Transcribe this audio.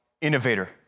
innovator